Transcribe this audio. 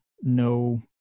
no